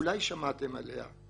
אולי שמעתם עליה.